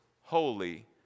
holy